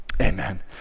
Amen